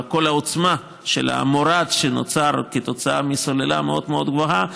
מכל העוצמה של המורד שנוצר כתוצאה מסוללה מאוד מאוד גבוהה,